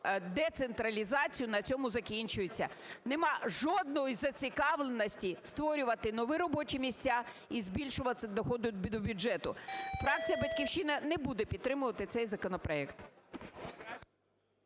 децентралізацію на цьому закінчується. Немає жодної зацікавленості створювати нові робочі місця і збільшувати доходи до бюджету. Фракція "Батьківщина" не буде підтримувати цей законопроект.